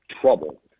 trouble